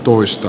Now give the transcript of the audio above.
puisto